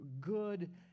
good